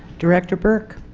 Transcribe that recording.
director burke